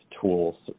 tools